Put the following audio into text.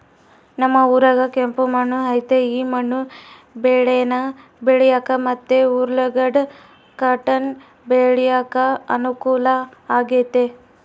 ನಮ್ ಊರಾಗ ಕೆಂಪು ಮಣ್ಣು ಐತೆ ಈ ಮಣ್ಣು ಬೇಳೇನ ಬೆಳ್ಯಾಕ ಮತ್ತೆ ಉರ್ಲುಗಡ್ಡ ಕಾಟನ್ ಬೆಳ್ಯಾಕ ಅನುಕೂಲ ಆಗೆತೆ